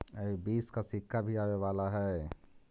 अभी बीस का सिक्का भी आवे वाला हई